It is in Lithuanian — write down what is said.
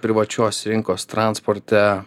privačios rinkos transporte